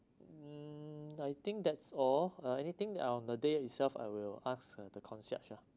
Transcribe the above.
mm I think that's all uh anything on the day itself I will ask uh the concierge lah